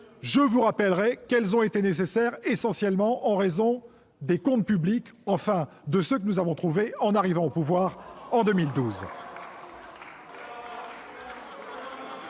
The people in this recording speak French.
Je vous rappellerai qu'elles ont été nécessaires essentiellement en raison des comptes publics, enfin, de ceux que nous avons trouvés en arrivant au pouvoir en 2012.